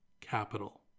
capital